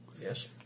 Yes